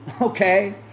okay